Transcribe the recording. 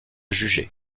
jugé